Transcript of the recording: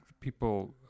people